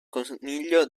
coniglio